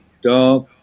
dark